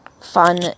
fun